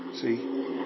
See